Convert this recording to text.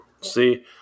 See